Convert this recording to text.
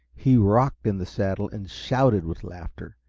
he rocked in the saddle, and shouted with laughter.